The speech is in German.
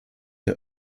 der